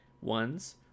ones